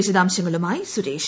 വിശദാംശങ്ങളുമായി സുരേഷ്